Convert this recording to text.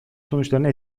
sonuçlarını